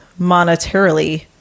monetarily